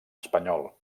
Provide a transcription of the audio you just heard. espanyol